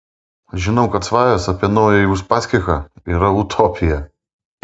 žinau kad svajos apie naująjį uspaskichą yra utopija